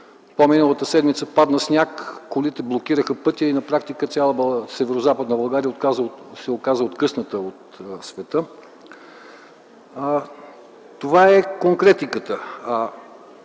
По-миналата седмица падна сняг, колите блокираха пътя и на практика цяла Северозападна България се оказа откъсната от света. Това е конкретиката.